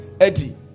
Eddie